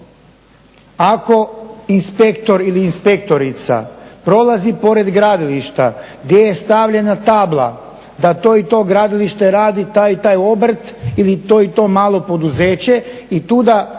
ali inspektor ili inspektorica prolazi pored gradilišta gdje je stavljena tabla da to i to gradilište radi taj i taj obrt ili to i to malo poduzeće i tuda